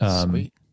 Sweet